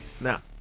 Now